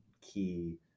key